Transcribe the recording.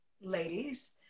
ladies